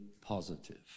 positive